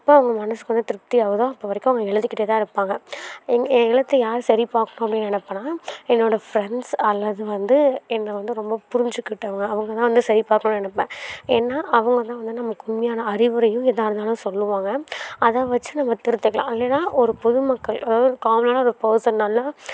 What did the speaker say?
எப்போ அவங்க மனசுக்கு வந்து திருப்தி ஆகுதோ அப்போ வரைக்கும் அவங்க எழுதிகிட்டே தான் இருப்பாங்க எங் என் எழுத்தை யார் சரிபார்ப்போம் அப்படின்னு நினப்பன்னா என்னோட ஃப்ரெண்ட்ஸ் அல்லது வந்து என்ன வந்து ரொம்ப புரிச்சிக்கிட்டவங்க அவங்க தான் வந்து சரி பார்க்கணும் நினப்பேன் ஏன்னா அவங்க தான் வந்து நமக்கு உண்மையான அறிவுரையும் எதாக இருந்தாலும் சொல்லுவாங்க அதை வச்சு நம்ப திருத்திக்கலாம் இல்லைன்ன ஒரு பொதுமக்கள் அதாவது ஒரு காமனான ஒரு பர்சன் நல்லா